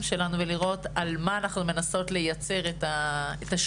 שלנו ולראות על מה אנחנו מנסות לייצר את השינוי.